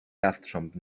jastrząb